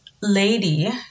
lady